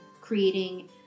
creating